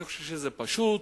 אני חושב שזה פשוט,